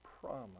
promise